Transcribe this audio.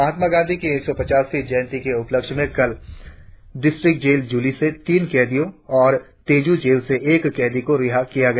महात्मा गांधी की एक सौ पचासवीं जयंति के उपलक्ष्य में कल डिस्ट्रिक जेल जुली से तीन कैदियों और तेजू जेल से एक कैदी को रीहा किया गया